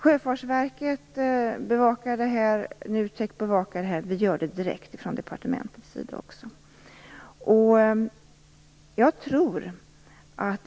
Sjöfartsverket, NUTEK och vi från departementets sida bevakar frågan.